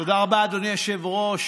תודה רבה, אדוני היושב-ראש.